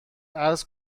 عرض